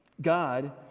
God